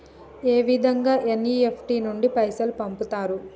ఏ విధంగా ఎన్.ఇ.ఎఫ్.టి నుండి పైసలు పంపుతరు?